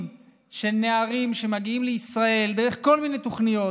של נערים שמגיעים לישראל דרך כל מיני תוכניות,